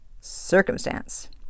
circumstance